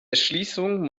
erschließung